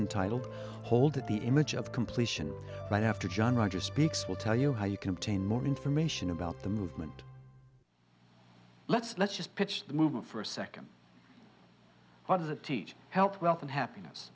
and titled hold the image of completion but after john rogers speaks we'll tell you how you can obtain more information about the movement let's let's just pitch the movement for a second what does it teach health wealth and happiness